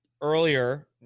earlier